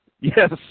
Yes